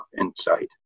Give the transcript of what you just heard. insight